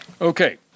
Okay